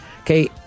Okay